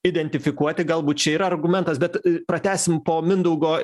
identifikuoti galbūt čia yra argumentas bet pratęsim po mindaugo